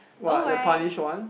what the punish [one]